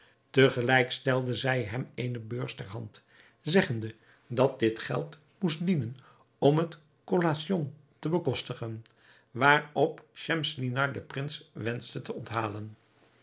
gelijk stelde zij hem eene beurs ter hand zeggende dat dit geld moest dienen om het collation te bekostigen waarop schemselnihar den prins wenschte te onthalen